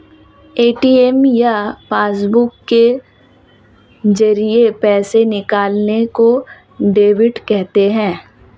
ATM या passbook के जरिये पैसे निकालने को डेबिट कहते हैं